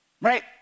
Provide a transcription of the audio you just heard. Right